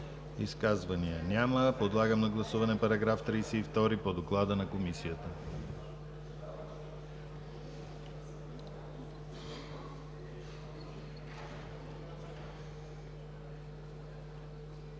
Изказвания? Няма. Подлагам на гласуване § 27 по доклада на Комисията.